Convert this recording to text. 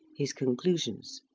his conclusions.